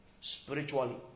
spiritually